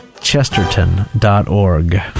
Chesterton.org